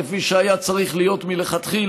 כפי שהיה צריך להיות מלכתחילה,